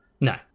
No